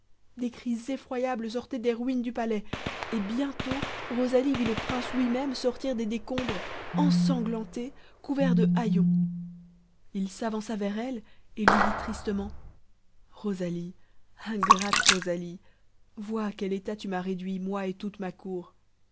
des cris effroyables sortaient des ruines du palais et bientôt rosalie vit le prince lui-même sortir des décombres ensanglanté couvert de haillons il s'avança vers elle et lui dit tristement rosalie ingrate rosalie vois à quel état tu m'as réduit moi et toute ma cour